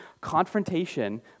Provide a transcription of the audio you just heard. confrontation